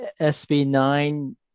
SB9